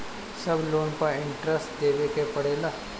सब लोन पर इन्टरेस्ट देवे के पड़ेला?